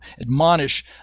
admonish